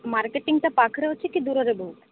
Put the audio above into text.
ମାର୍କେଟିଙ୍ଗଟା ପାଖରେ ଅଛି କି ଦୂରରେ ବହୁତ